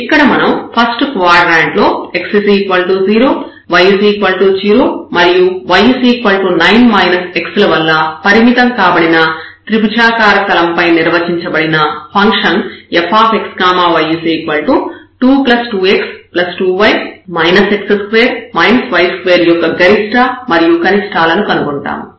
ఇక్కడ మనం first quadrant లో x 0 y 0 మరియు y 9 x ల వల్ల పరిమితం కాబడిన త్రిభుజాకార తలం పై నిర్వచించబడిన ఫంక్షన్ fxy22x2y x2 y2 యొక్క గరిష్ట మరియు కనిష్టాలను కనుగొంటాము